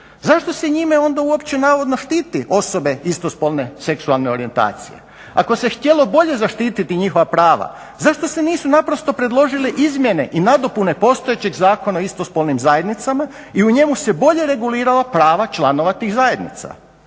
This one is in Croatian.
zašto se njime onda uopće navodno štiti osobe istospolne seksualne orijentacije. Ako se htjelo bolje zaštititi njihova prava zašto se nisu naprosto predložile izmjene i nadopune postojećeg Zakona o istospolnim zajednicama i u njemu se regulirala prava članova tih zajednica.